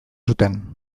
zuten